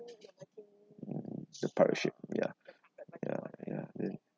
the pirate ship ya ya ya then